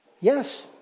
Yes